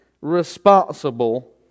responsible